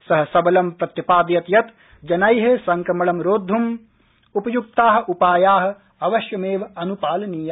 स सबलं प्रत्यपादयत् यत् जनै संक्रमणं रोद्धूं उपयुक्ता उपाया अवश्यमेव अन्पालनीया